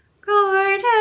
garden